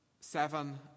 Seven